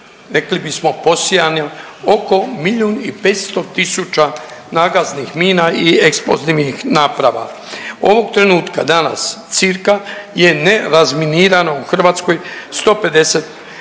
rekli bismo posijano oko milijun i 500 tisuća nagaznih mina i eksplozivnih naprava. Ovog trenutka danas cca je nerazminirano u Hrvatskoj 150